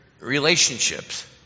relationships